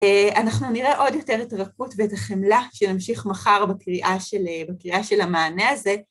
אנחנו נראה עוד יותר את הרכות ואת החמלה כשנמשיך מחר בקריאה של המענה הזה..